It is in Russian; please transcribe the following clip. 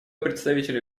представителю